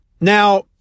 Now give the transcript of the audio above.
Now